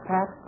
Pat